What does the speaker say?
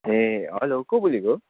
ए hello को बोलेको